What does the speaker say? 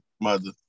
mother